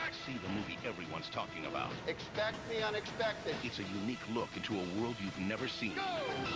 see the movie everyone's talking about. expect the unexpected. it's a unique look into a world you've never seen. go!